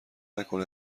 نکنه